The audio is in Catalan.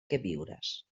queviures